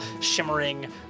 shimmering